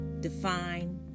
define